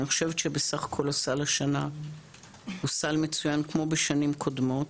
אני חושבת שבסך הכול הסל השנה הוא סל מצוין כמו בשנים קודמות.